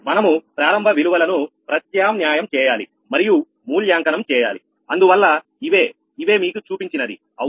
మనము ప్రారంభ విలువలను ప్రత్యామ్నాయం చేయాలి మరియు మూల్యాంకనం చేయాలి అందువల్ల ఇవే ఇవే మీకు చూపించినది అవునా